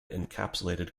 encapsulated